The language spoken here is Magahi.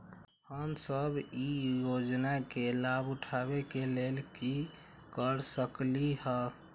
हम सब ई योजना के लाभ उठावे के लेल की कर सकलि ह?